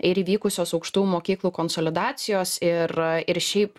ir įvykusios aukštųjų mokyklų konsolidacijos ir ir šiaip po